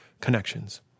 connections